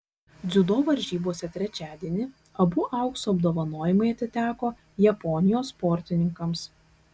dziudo varžybose trečiadienį abu aukso apdovanojimai atiteko japonijos sportininkams